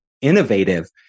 innovative